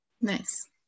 Nice